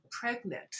pregnant